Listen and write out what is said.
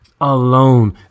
alone